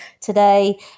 today